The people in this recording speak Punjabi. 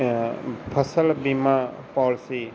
ਫ਼ਸਲ ਬੀਮਾ ਪੋਲਸੀ